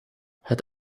het